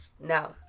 No